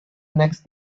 next